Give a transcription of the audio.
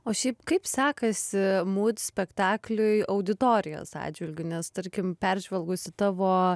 o šiaip kaip sekasi mūd spektakliui auditorijos atžvilgiu nes tarkim peržvelgusi tavo